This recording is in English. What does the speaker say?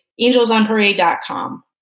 angelsonparade.com